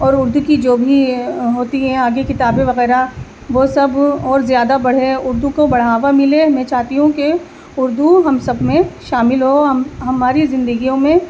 اور اردو کی جو بھی ہوتی ہیں آگے کتابیں وغیرہ وہ سب اور زیادہ بڑھے اردو کو بڑھاوا ملے میں چاہتی ہوں کہ اردو ہم سب میں شامل ہو ہم ہماری زندگیوں میں